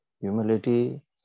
Humility